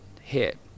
hit